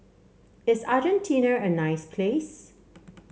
is Argentina a nice place